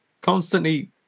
constantly